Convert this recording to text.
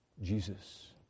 Jesus